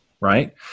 right